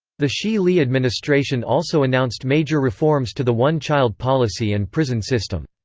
the xi-li administration also announced major reforms to the one-child policy and prison system.